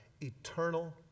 eternal